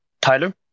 Tyler